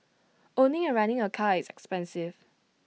owning and running A car is expensive